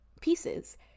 pieces